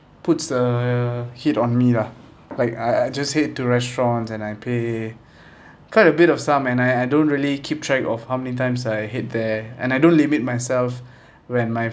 puts the heat on me lah like I I just head to restaurant and I pay quite a bit of sum and I I don't really keep track of how many times I head there and I don't limit myself when my